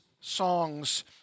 songs